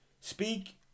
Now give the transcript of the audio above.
speak